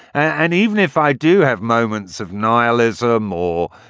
and even if i do have moments of nihilism or,